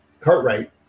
Cartwright